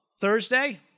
Thursday